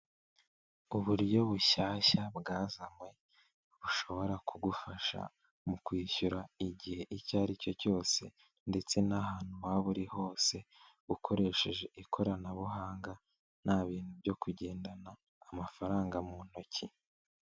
Uburyo bushyashya bwazanywe, bushobora kugufasha mu kwishyura igihe icyo ari cyo cyose ndetse n'ahantu waba uri hose ukoresheje ikoranabuhanga, nta bintu byo kugendana amafaranga mu ntoki.